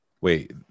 Wait